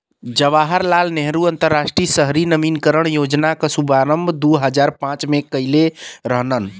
जवाहर लाल नेहरू राष्ट्रीय शहरी नवीनीकरण योजना क शुभारंभ दू हजार पांच में कइले रहलन